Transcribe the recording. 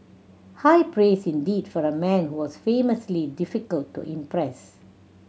high praise indeed from a man who was famously difficult to impress